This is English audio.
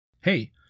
Hey